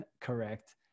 correct